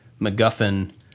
MacGuffin